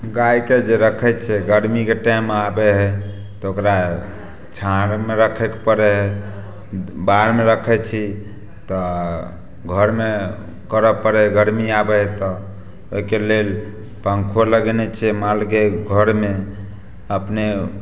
गाइके जे रखै छिए गरमीके टाइम आबे हइ तऽ ओकरा छाहरिमे रखैके पड़ै हइ बाहरमे रखै छी तऽ घरमे करऽ पड़ै गरमी आबै हइ तऽ ओहिके लेल पंखो लगेने छिए मालके घरमे अपने